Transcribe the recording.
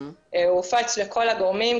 הוא הופץ לכל הגורמים.